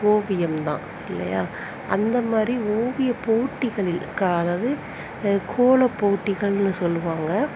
ஓவியம்தான் இல்லையா அந்த மாதிரி ஓவியப்போட்டிகளில் அதாவது கோலப்போட்டிகள்னு சொல்லுவாங்க